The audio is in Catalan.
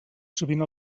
sovint